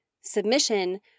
submission